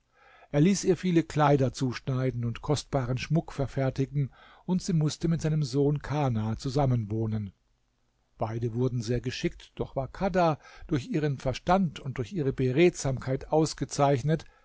er ließ ihr viele kleider zuschneiden und kostbaren schmuck verfertigen und sie mußte mit seinem sohn kana zusammenwohnen beide wurden sehr geschickt doch war kadha durch ihren verstand und durch ihre beredsamkeit ausgezeichnet